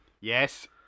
Yes